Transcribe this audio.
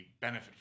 benefit